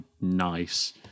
nice